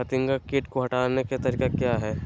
फतिंगा किट को हटाने का तरीका क्या है?